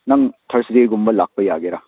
ꯅꯪ ꯊꯔꯁꯗꯦꯒꯨꯝꯕ ꯂꯥꯛꯄ ꯌꯥꯒꯦꯔꯥ